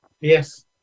yes